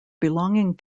belonging